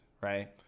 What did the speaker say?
right